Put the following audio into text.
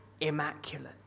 immaculate